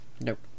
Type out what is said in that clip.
Nope